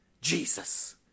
Jesus